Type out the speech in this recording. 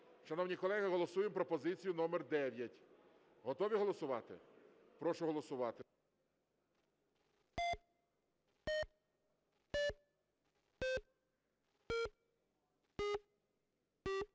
Шановні колеги, голосуємо пропозицію номер 9. Готові голосувати? Прошу голосувати.